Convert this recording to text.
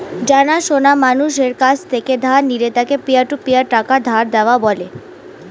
জানা সোনা মানুষের কাছ থেকে ধার নিলে তাকে পিয়ার টু পিয়ার টাকা ধার দেওয়া বলে